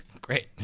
Great